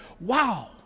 wow